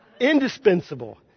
indispensable